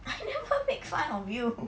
I never make fun of you